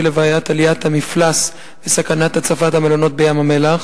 לבעיית עליית המפלס וסכנת הצפת המלונות בים-המלח.